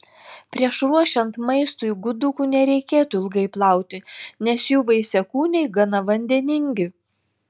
prieš ruošiant maistui gudukų nereikėtų ilgai plauti nes jų vaisiakūniai gana vandeningi